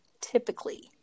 typically